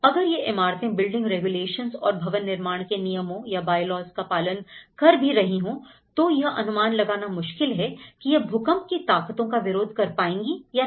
अगर यह इमारतें बिल्डिंग रेगुलेशंस और भवन निर्माण के नियमों का पालन कर भी रही हो तो यह अनुमान लगाना मुश्किल है कि यह भूकंप की ताकतों का विरोध कर पाएंगे या नहीं